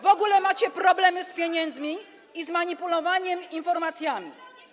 W ogóle macie problemy z pieniędzmi i z manipulowaniem informacjami.